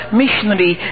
missionary